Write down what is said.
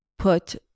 put